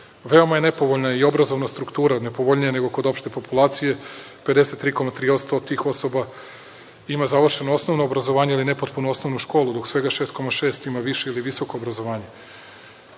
Veoma je nepovoljna i obrazovna struktura, nepovoljnija nego kod opšte populacije. Dakle, 53,3% od tih osoba ima završeno osnovno obrazovanje ili nepotpunu osnovnu školu, dok svega 6,6% ima više ili visoko obrazovanje.